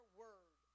word